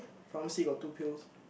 pharmacy got two pills